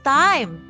time